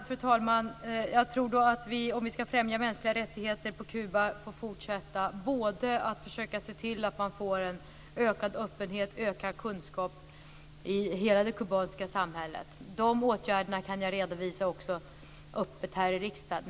Fru talman! Jag tror att vi, om vi ska främja mänskliga rättigheter på Kuba, får fortsätta att försöka se till att få en ökad öppenhet och ökad kunskap i hela det kubanska samhället. De åtgärderna kan jag redovisa öppet här i riksdagen.